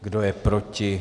Kdo je proti?